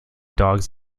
dogs